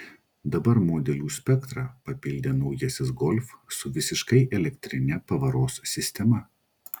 dabar modelių spektrą papildė naujasis golf su visiškai elektrine pavaros sistema